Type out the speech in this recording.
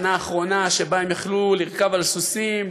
שנה אחרונה שבה הם יכלו לרכוב על סוסים,